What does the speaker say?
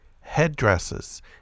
headdresses